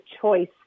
choice